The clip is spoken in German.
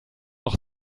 noch